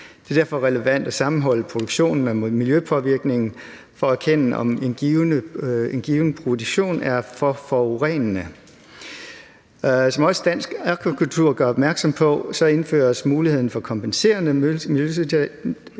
Det er derfor relevant at sammenholde produktionen med miljøpåvirkningen for at erkende, om en given produktion er for forurenende. Som også Dansk Akvakultur gør opmærksom på, indførtes muligheden for kompenserende miljøtiltag,